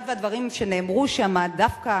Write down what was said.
אחד מהדברים שנאמרו שם דווקא